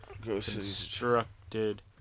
constructed